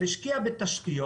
השקיעה בתשתיות